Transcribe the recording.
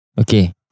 Okay